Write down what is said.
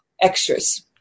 extras